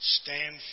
stand